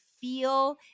feel